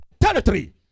territory